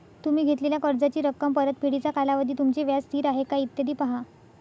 तुम्ही घेतलेल्या कर्जाची रक्कम, परतफेडीचा कालावधी, तुमचे व्याज स्थिर आहे का, इत्यादी पहा